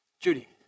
Judy